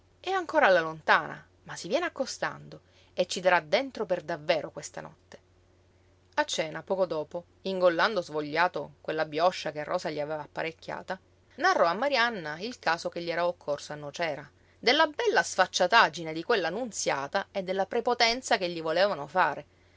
è ancora alla lontana ma si viene accostando e ci darà dentro per davvero questa notte a cena poco dopo ingollando svogliato quella bioscia che rosa gli aveva apparecchiata narrò a marianna il caso che gli era occorso a nocera della bella sfacciataggine di quella nunziata e della prepotenza che gli volevano fare